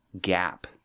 gap